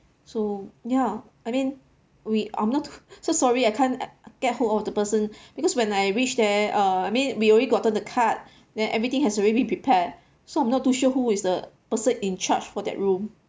so ya I mean we I'm not to so sorry I can't get hold of the person because when I reach there uh I mean we only gotten the card then everything has already been prepared so I'm not too sure who is the person in charge for that room